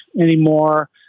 anymore